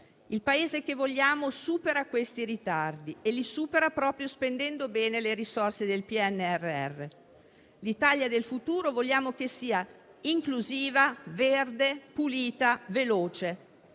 Il Paese che vogliamo supera questi ritardi e lo fa proprio spendendo bene le risorse del PNRR. L'Italia del futuro vogliamo che sia inclusiva, verde, pulita, veloce.